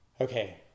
Okay